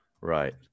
Right